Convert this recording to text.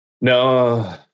No